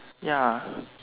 ya